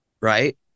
right